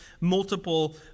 multiple